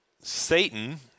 Satan